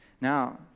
Now